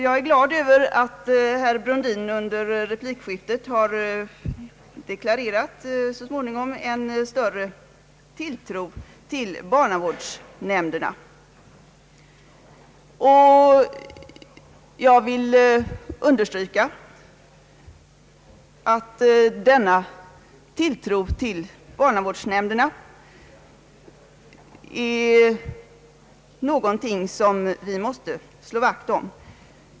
Jag är glad över att herr Brundin under replikskiftet så småningom deklarerat en större tilltro till barnavårdsnämnderna. Jag vill understryka att denna tilltro till barnavårdsnämnderna är någonting som vi måste slå vakt om.